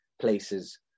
places